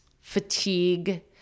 fatigue